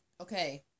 okay